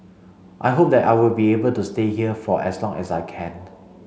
I hope that I will be able to stay here for as long as I can